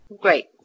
Great